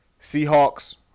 seahawks